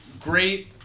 great